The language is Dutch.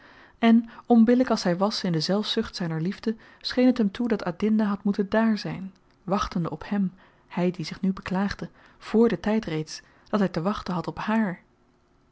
en onbillyk als hy was in de zelfzucht zyner liefde scheen t hem toe dat adinda had moeten dààr zyn wachtende op hèm hy die zich nu beklaagde vr den tyd reeds dat hy te wachten had op hààr